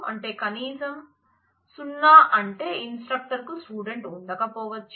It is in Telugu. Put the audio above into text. అంటే కనీస 0 అంటే ఇన్స్ట్రక్టర్ కు స్టూడెంట్ ఉండకపోవచ్చు